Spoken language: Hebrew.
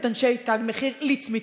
את אנשי "תג מחיר" לצמיתות.